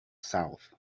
south